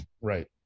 right